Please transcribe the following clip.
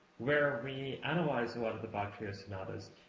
where we analyzed a lot of the bach trio sonatas.